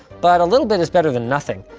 but a little bit is better than nothing.